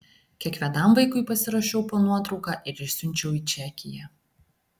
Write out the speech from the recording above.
kiekvienam vaikui pasirašiau po nuotrauka ir išsiunčiau į čekiją